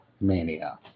mania